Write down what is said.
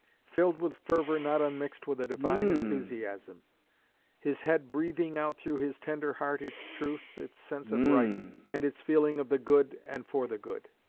filled with fervor not unmixed with a divine enthusiasm his head breathing out through his tender heart its truths, its sense of right, and its feeling of the good and for the good.